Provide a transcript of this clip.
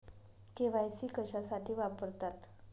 KYC कशासाठी वापरतात?